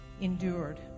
endured